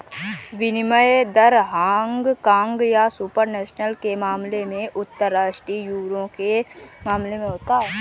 विनिमय दर हांगकांग या सुपर नेशनल के मामले में उपराष्ट्रीय यूरो के मामले में होता है